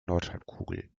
nordhalbkugel